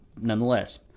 Nonetheless